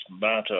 Matter